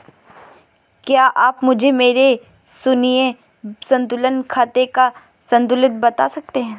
क्या आप मुझे मेरे शून्य संतुलन खाते का संतुलन बता सकते हैं?